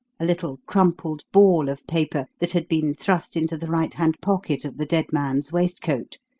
a little crumpled ball of paper that had been thrust into the right-hand pocket of the dead man's waistcoat,